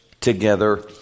together